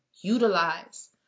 utilize